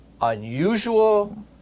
unusual